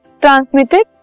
transmitted